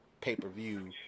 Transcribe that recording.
pay-per-view